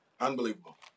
Unbelievable